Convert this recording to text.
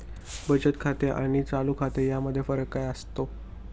बचत खाते आणि चालू खाते यामध्ये फरक काय असतो?